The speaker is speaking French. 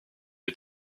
est